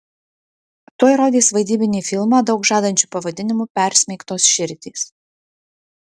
tuoj rodys vaidybinį filmą daug žadančiu pavadinimu persmeigtos širdys